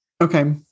Okay